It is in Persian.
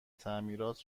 تعمیرات